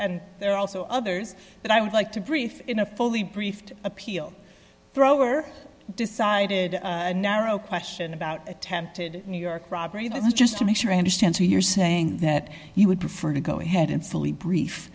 and there are also others that i would like to brief in a fully briefed appeal thrower decided narrow question about attempted new york robbery that's just to make sure i understand so you're saying that you would prefer to go ahead and silly brief